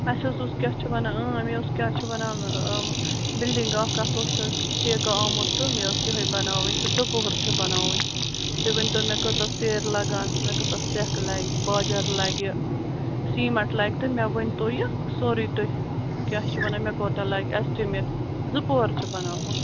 اَسہِ حظ اوس کیٛاہ چھِ وَنان مےٚ اوس کیٛاہ چھِ وَنان بِلڈِنٛگ اَکھ اَتھ اوس اکھ ٹھٮ۪کہٕ آمُت تہٕ مےٚ ٲس یِہَے بَناوٕنۍ تہٕ دُپۅہُر چھِ بَناوٕنۍ تُہۍ ؤنۍتو مےٚ کٕژاہ سیٚرِ لَگان مےٚ کٕژاہ سٮ۪کھ لَگہِ باجَر لَگہِ سیٖمَٹھ لَگہِ تہٕ مےٚ ؤنۍتو یہِ سورُے تُہۍ کیٛاہ چھِ وَنان مےٚ کوتاہ لَگہِ اٮ۪سٹِمیٹ زٕ پۄہر چھِ بَناوُن